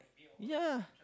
ya